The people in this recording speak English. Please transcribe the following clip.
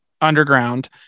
underground